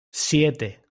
siete